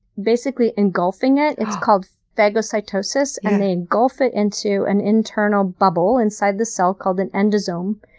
basically, engulfing it. it's called phagocytosis, and they engulf it into an internal bubble inside the cell called an endosome.